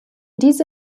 diese